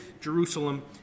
Jerusalem